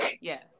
Yes